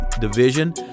division